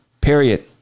Period